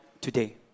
today